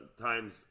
times